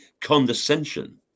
condescension